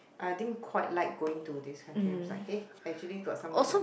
I didn't quite like going to this country I'm sorry actually got somewhere that